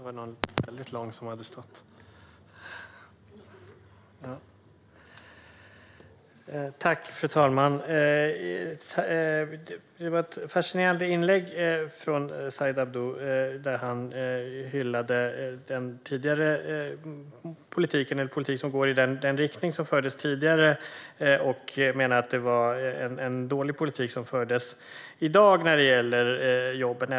Fru talman! Det var ett fascinerande inlägg från Said Abdu, där han hyllade en politik som går i den riktning som fördes tidigare. Han menar att det är en dålig politik som förs i dag när det gäller jobben.